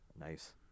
Nice